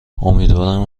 امیدوارم